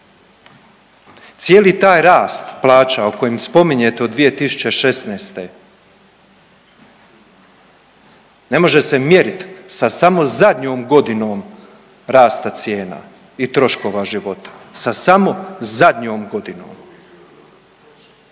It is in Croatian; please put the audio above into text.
Cijeli taj rast plaća o kojem spominjete od 2016. ne može se mjerit samo sa zadnjom godinom rasta cijena i troškova života, sa samo zadnjom godinom.